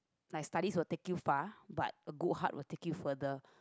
like studies will take you far but a good heart will take you further